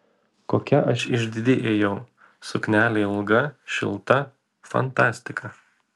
kokia aš išdidi ėjau suknelė ilga šilta fantastika